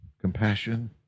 compassion